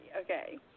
okay